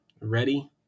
ready